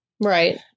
Right